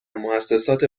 موسسات